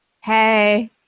Hey